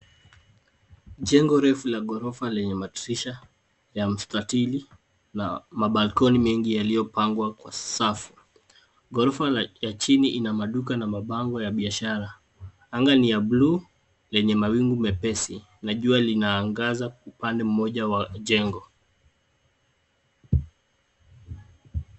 Jengo refu la ghorofa lenye madirisha ya mstatili na balconies mengi yaliyopangwa kwa safu. Ghorofa ya chini ina maduka na mabango ya biashara. Anga ni ya bluu yenye mawingu mepesi na jua linaangaza upande mmoja wa jengo.